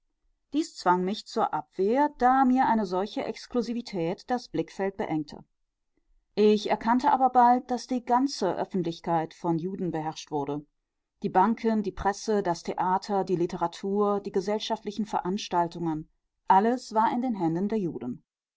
dies zwang mich zur abwehr da mir eine solche exklusivität das blickfeld beengte ich erkannte aber bald daß die ganze öffentlichkeit von juden beherrscht wurde die banken die presse das theater die literatur die gesellschaftlichen veranstaltungen alles war in den händen der juden